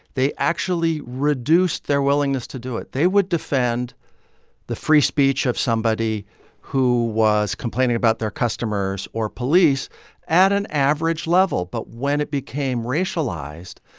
they actually reduced their willingness to do it. they would defend the free speech of somebody who was complaining about their customers or police at an average level. but when it became racialized,